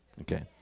Okay